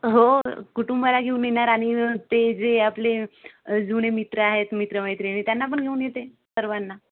हो कुटुंबाला घेऊन येणार आणि ते जे आपले जुने मित्र आहेत मित्रमैत्रिणी त्यांना पण घेऊन येते सर्वांना